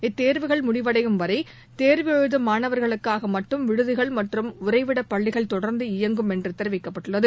இத்தேர்வுகள் முடிவடையும் வரை தேர்வு எழுதும் மாணவர்களுக்காக மட்டும் விடுதிகள் மற்றும் உறைவிடப்பள்ளிகள் தொடர்ந்து இயங்கும் என்று தெரிவிக்கப்பட்டுள்ளது